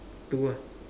two ah